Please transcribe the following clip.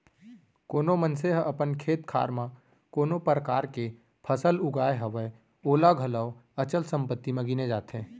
कोनो मनसे ह अपन खेत खार म कोनो परकार के फसल उगाय हवय ओला घलौ अचल संपत्ति म गिने जाथे